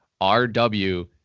RW